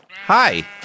Hi